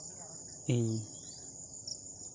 ᱤᱧ